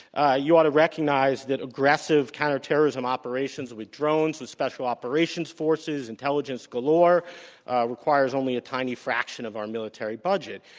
ah you ought to recognize that aggressive counterterrorism operations with drones, with special operations forces, intelligence galore requires only a tiny fraction of our military budget.